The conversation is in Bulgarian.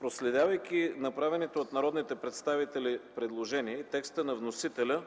Проследявайки направените от народните представители предложения и текста на вносителя,